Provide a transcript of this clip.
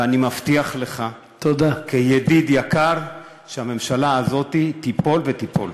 ואני מבטיח לך כידיד יקר שהממשלה הזאת תיפול ותיפול.